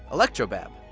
electrobab.